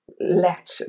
let